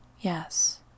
Yes